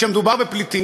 כשמדובר בפליטים,